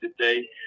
today